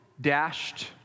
dashed